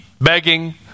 begging